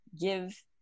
give